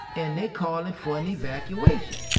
and they calling for an evacuation.